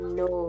no